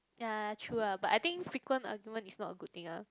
yea true ah but I think frequent argument is not a good thing ah